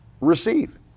receive